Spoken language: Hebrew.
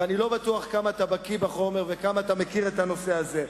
ואני לא בטוח כמה אתה בקי בחומר וכמה אתה מכיר את הנושא הזה.